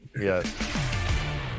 Yes